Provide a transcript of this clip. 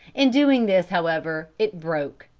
in doing this, however, it broke,